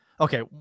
okay